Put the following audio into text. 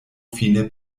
fine